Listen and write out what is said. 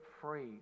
free